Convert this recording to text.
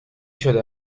شده